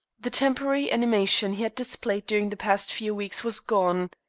the temporary animation he had displayed during the past few weeks was gone.